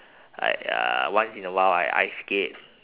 I uh once in a while I ice skate